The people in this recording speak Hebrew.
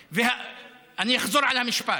אני אחזור על המשפט: